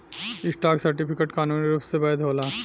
stock certificate कानूनी रूप से वैध होला